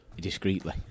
discreetly